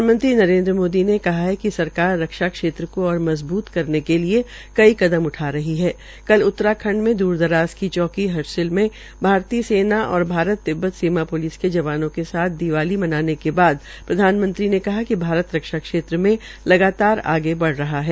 प्रधानमंत्री नरेन्द्र मोदी ने कहा कि सरकार रक्षा क्षेत्र को ओर मजबूत करने के लिए कई कदम उठा रही है कल उत्तराखंड में दूरदराज की चौकी हरसिल में भारतीय सेना और भारत तिब्बत सीमा प्लिस के जवानों के साथ दीवाली मनाने के बाद प्रधानमंत्री ने कहा कि भारत रक्षा क्षेत्र में लगातार आगे बढ़ रहा है